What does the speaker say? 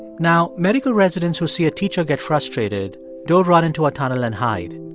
now medical residents who see a teacher get frustrated don't run into a tunnel and hide.